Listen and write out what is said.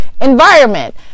environment